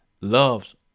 loves